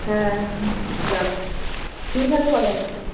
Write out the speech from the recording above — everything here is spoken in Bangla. হ্যাঁ যাব তুমি তাহলে কবে আসছ